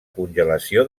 congelació